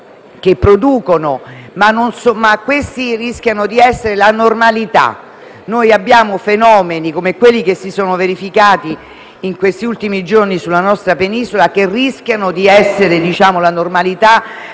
che producono, ma che rischiano di essere la normalità. Dobbiamo confrontarci con i fenomeni come quelli che si sono verificati negli ultimi giorni nella nostra penisola, che rischiano di essere la normalità.